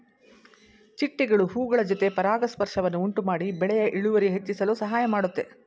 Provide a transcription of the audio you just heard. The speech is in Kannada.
ಚಿಟ್ಟೆಗಳು ಹೂಗಳ ಜೊತೆ ಪರಾಗಸ್ಪರ್ಶವನ್ನು ಉಂಟುಮಾಡಿ ಬೆಳೆಯ ಇಳುವರಿ ಹೆಚ್ಚಿಸಲು ಸಹಾಯ ಮಾಡುತ್ತೆ